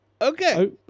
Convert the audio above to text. okay